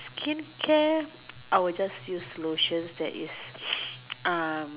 skin care I will just use lotion that is um